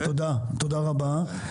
תודה רבה.